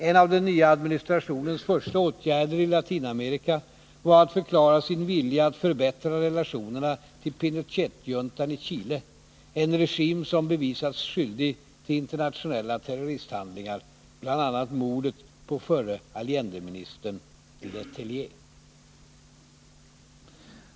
En av den nya administrationens första åtgärder i Latinamerika var att förklara sin vilja att förbättra relationerna till Pinochetjuntan i Chile, en regim som bevisats skyldig till internationella terroristhandlingar, bl.a. mordet på förre Allendeministern Letelier.